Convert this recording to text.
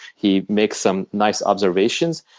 he makes some nice observations.